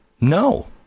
No